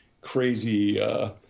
crazy